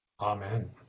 Amen